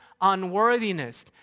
unworthiness